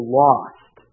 lost